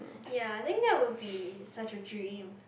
ya I think that will be such a dream